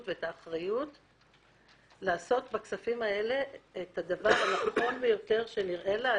ואת האחריות לעשות בכספים הללו את הדבר הנכון ביותר שנראה לה,